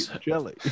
Jelly